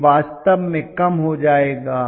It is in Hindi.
यह वास्तव में कम हो जाएगा